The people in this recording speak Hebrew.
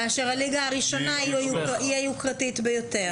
כאשר הליגה הראשונה היא היוקרתית ביותר.